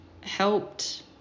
helped